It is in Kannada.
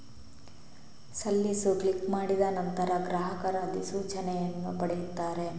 ಸಲ್ಲಿಸು ಕ್ಲಿಕ್ ಮಾಡಿದ ನಂತರ, ಗ್ರಾಹಕರು ಅಧಿಸೂಚನೆಯನ್ನು ಪಡೆಯುತ್ತಾರೆ